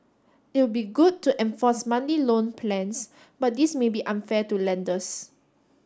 it'll be good to enforce monthly loan plans but this may be unfair to lenders